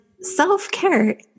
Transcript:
self-care